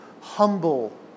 humble